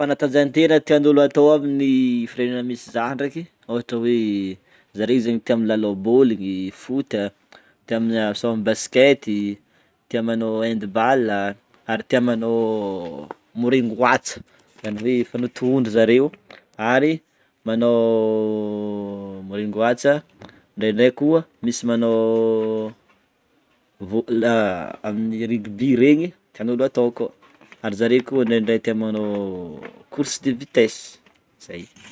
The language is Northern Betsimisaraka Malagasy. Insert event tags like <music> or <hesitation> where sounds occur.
Fanatanjahan-tena tian'olona atao amin'ny firenena misy zah ndraiky ôhatra hoe zare zegny tia milalao boligny, foot, tia mil- misaoma basket, tia manao handball à, ary tia manao morengy wach zany hoe fanao tohondry zareo ary manao <hesitation> morengy wach a indraindray koa misy manao <hesitation> vo- <hesitation> amin'ny rugby regny, tian'olo atao koa ary zareo koa indraindray tia manao <hesitation> course de vitesse, zay.